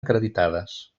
acreditades